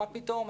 מה פתאום,